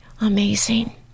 amazing